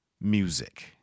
music